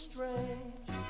Strange